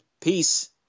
Peace